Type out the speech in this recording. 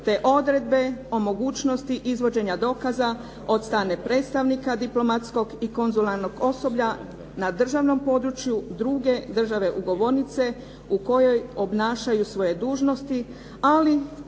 te odredbe o mogućnosti izvođenja dokaza od strane predstavnika diplomatskog i konzularnog osoblja na državnom području druge države ugovornice u kojoj obnašaju svoje dužnosti. Ali